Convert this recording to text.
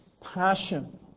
passion